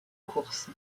course